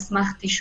על סמך תשאול.